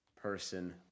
person